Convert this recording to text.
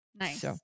Nice